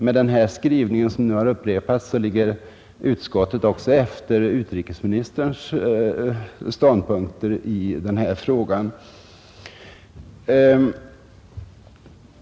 Med den här skrivningen, som nu har upprepats, ligger utrikesutskottet också efter utrikesministerns ståndpunkt i denna fråga.